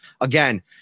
Again